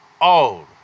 old